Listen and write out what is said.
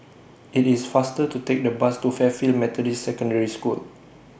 IT IS faster to Take The Bus to Fairfield Methodist Secondary School